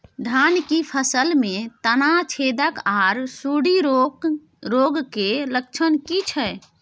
धान की फसल में तना छेदक आर सुंडी रोग के लक्षण की छै?